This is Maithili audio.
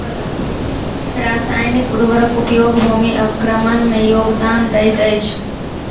रासायनिक उर्वरक उपयोग भूमि अवक्रमण में योगदान दैत अछि